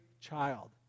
child